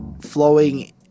flowing